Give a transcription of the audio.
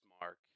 Mark